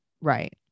right